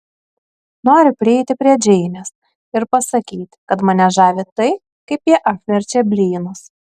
noriu prieiti prie džeinės ir pasakyti kad mane žavi tai kaip ji apverčia blynus